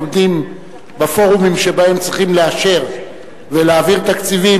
עומדים בפורומים שבהם צריכים לאשר ולהעביר תקציבים,